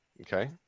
Okay